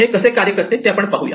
हे कसे कार्य करते ते आपण पाहूया